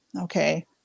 Okay